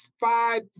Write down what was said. five